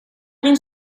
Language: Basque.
egin